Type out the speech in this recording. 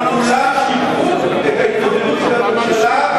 וכולם שיבחו את ההתמודדות של הממשלה,